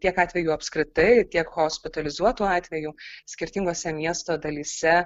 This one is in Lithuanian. tiek atvejų apskritai tiek hospitalizuotų atvejų skirtingose miesto dalyse